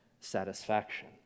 satisfaction